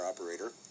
operator